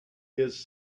his